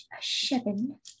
seven